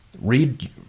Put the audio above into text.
Read